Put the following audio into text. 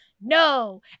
no